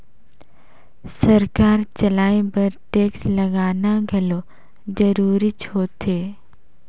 सरकार चलाए बर टेक्स लगाना घलो जरूरीच होथे